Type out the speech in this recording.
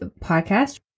podcast